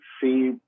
see